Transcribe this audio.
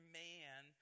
man